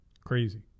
crazy